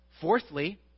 Fourthly